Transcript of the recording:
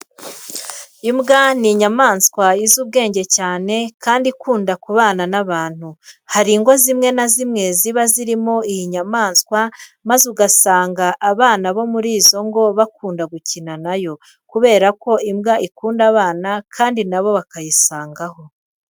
Imbwa ni inyamaswa izi ubwenge cyane kandi ikunda kubana n'abantu. Hari ingo zimwe na zimwe ziba zirimo iyi nyamaswa maze ugasanga abana bo muri izo ngo bakunda gukina na yo kubera ko imbwa ikunda abana kandi na bo bakayisangaho.